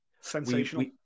Sensational